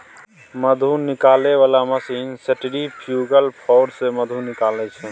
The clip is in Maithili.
मधु निकालै बला मशीन सेंट्रिफ्युगल फोर्स सँ मधु निकालै छै